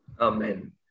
Amen